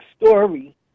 story